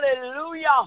Hallelujah